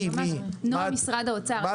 אני ממשרד האוצר.